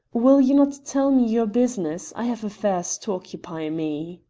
will you not tell me your business? i have affairs to occupy me.